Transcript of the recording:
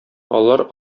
алар